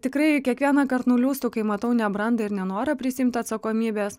tikrai kiekvienąkart nuliūstu kai matau nebrandą ir nenorą prisiimti atsakomybės